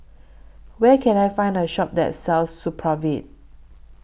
Where Can I Find A Shop that sells Supravit